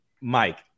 Mike